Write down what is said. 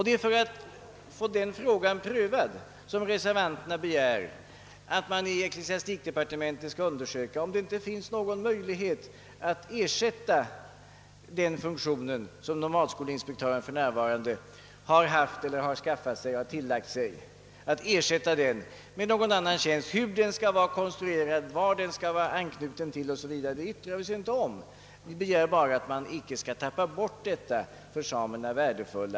Det är för att få denna fråga prövad som reservanterna begär att man i ecklesiastikdepartementet skall undersöka om det inte finns någon möjlighet att ersätta den särskilda funktion som nomadskolinspektören för närvarande har med någon annan tjänst. Hur den skall vara konstruerad och vad den skall vara anknuten till yttrar vi oss inte om. Vi begär bara att man inte på kultursidan skall tappa bort detta för samerna mycket värdefulla.